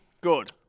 good